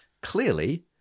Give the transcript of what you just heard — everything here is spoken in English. Clearly